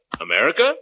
America